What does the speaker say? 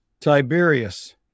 Tiberius